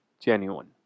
genuine